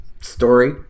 story